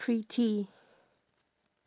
pretty